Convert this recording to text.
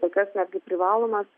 kol kas netgi privaloma